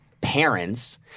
Parents